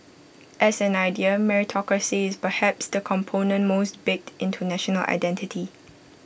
as an idea meritocracy is perhaps the component most baked into national identity